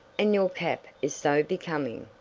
and your cap is so becoming!